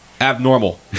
abnormal